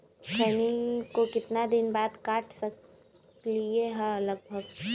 खैनी को कितना दिन बाद काट सकलिये है लगभग?